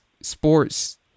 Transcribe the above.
sports